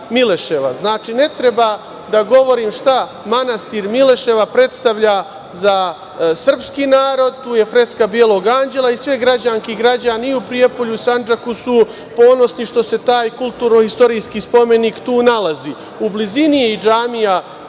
Znači, ne treba da govorim šta manastir Mileševa predstavlja za srpski narod, tu je freska Belog anđela i sve građanke i građani i u Prijepolju, Sandžaku su ponosni što se taj kulturno-istorijski spomenik tu nalazi. U blizini je i džamija